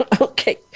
Okay